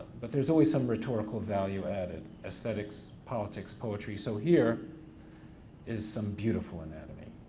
but there's always some rhetorical value added, aesthetics, politics, poetry, so here is some beautiful anatomy.